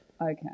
Okay